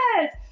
yes